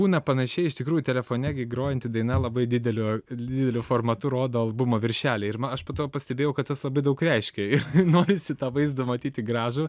būna panašiai iš tikrųjų telefone gi grojanti daina labai dideliu dideliu formatu rodo albumo viršelį ir aš po to pastebėjau kad tas labai daug reiškia ir norisi tą vaizdą matyti gražų